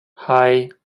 hei